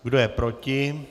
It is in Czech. Kdo je proti?